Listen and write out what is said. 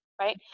Right